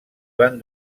van